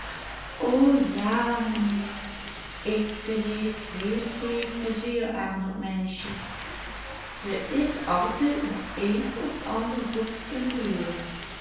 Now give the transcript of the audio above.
o ja mijnheer ik beleef heel veel pleizier aan dat meisje ze is altijd met een of ander boek in de weer